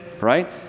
right